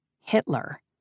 Hitler